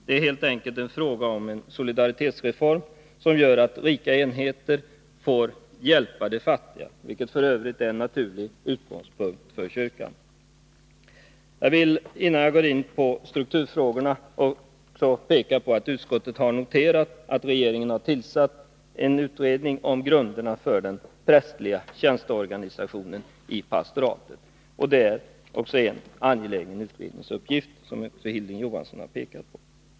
Det är helt enkelt fråga om en solidaritetsreform, som gör att rika enheter får hjälpa de fattiga, vilket f. ö. är en naturlig utgångspunkt för kyrkan. Innan jag går in på strukturfrågorna vill jag också peka på att utskottet har noterat att regeringen har tillsatt en utredning om grunderna för den prästliga tjänsteorganisationen i pastoraten. Det är, som Hilding Johansson har framhållit, också en angelägen utredningsuppgift.